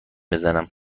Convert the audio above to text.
بزنم